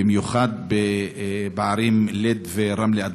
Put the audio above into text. במיוחד בערים לוד ורמלה,